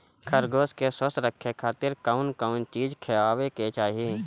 खरगोश के स्वस्थ रखे खातिर कउन कउन चिज खिआवे के चाही?